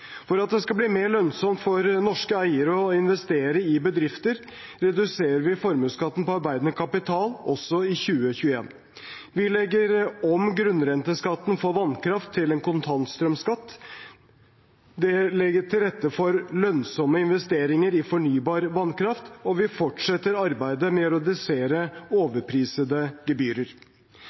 For at det skal bli mer lønnsomt for norske eiere å investere i bedrifter, reduserer vi formuesskatten på arbeidende kapital også i 2021. Vi legger om grunnrenteskatten for vannkraft til en kontantstrømskatt. Det legger til rette for lønnsomme investeringer i fornybar vannkraft. Vi fortsetter også arbeidet med å redusere overprisede gebyrer.